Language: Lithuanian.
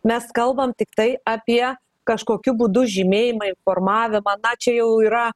mes kalbam tiktai apie kažkokiu būdu žymėjimą ir informavimą na čia jau yra